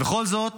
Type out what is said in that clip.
וכל זאת